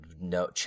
no